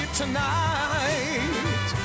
tonight